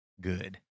good